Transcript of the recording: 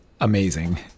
amazing